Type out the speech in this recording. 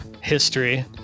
history